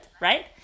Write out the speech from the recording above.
right